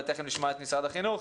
ותכף נשמע את משרד החינוך,